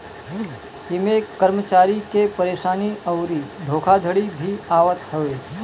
इमें कर्मचारी के परेशानी अउरी धोखाधड़ी भी आवत हवे